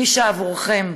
נישה עבורכם.